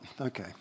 Okay